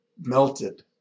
melted